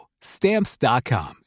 Stamps.com